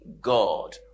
God